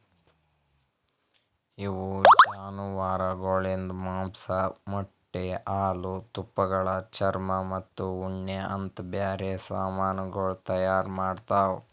ಇವು ಜಾನುವಾರುಗೊಳಿಂದ್ ಮಾಂಸ, ಮೊಟ್ಟೆ, ಹಾಲು, ತುಪ್ಪಳ, ಚರ್ಮ ಮತ್ತ ಉಣ್ಣೆ ಅಂತ್ ಬ್ಯಾರೆ ಸಮಾನಗೊಳ್ ತೈಯಾರ್ ಮಾಡ್ತಾವ್